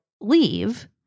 leave